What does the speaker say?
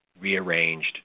rearranged